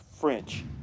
French